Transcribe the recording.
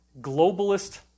globalist